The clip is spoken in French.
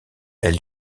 elle